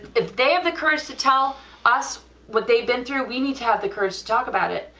if they have the courage to tell us what they've been through, we need to have the courage to talk about it.